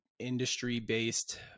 industry-based